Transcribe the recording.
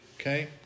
okay